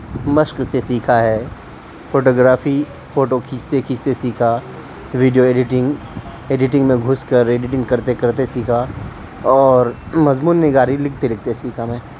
مشق سے سیکھا ہے فوٹو گرافی فوٹو کھینچتے کھینچتے سیکھا ویڈیو ایڈیٹنگ ایڈیٹنگ میں گھس کر ایڈیٹنگ کرتے کرتے سیکھا اور مضمون نگاری لکھتے لکھتے سیکھا میں